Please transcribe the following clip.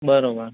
બરાબર